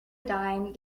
dime